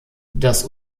das